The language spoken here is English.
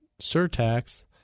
surtax